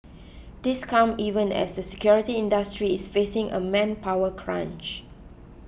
this comes even as the security industry is facing a manpower crunch